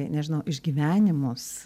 nežinau išgyvenimus